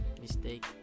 mistake